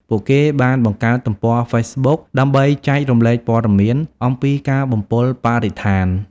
ពួកគេបានបង្កើតទំព័រហ្វេសបុក ដើម្បីចែករំលែកព័ត៌មានអំពីការបំពុលបរិស្ថាន។